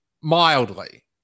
mildly